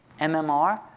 MMR